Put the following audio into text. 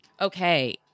Okay